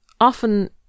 often